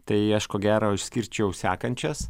tai aš ko gero išskirčiau sekančias